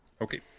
Okay